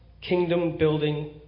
kingdom-building